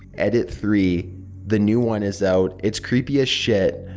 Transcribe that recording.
edit three the new one is out. it's creepy as shit.